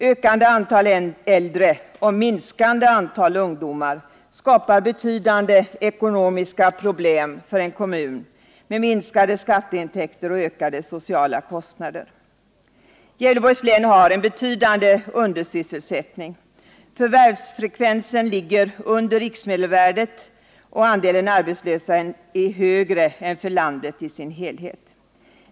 Ökande antal äldre och minskande antal ungdomar skapar betydande ekonomiska problem för en kommun med minskade skatteintäkter och ökade sociala kostnader. Gävleborgs län har en betydande undersysselsättning. Förvärvsfrekvensen ligger under riksmedelvärdet, och andelen arbetslösa är högre än för landet i dess helhet.